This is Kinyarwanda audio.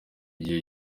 gihe